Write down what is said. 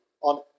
on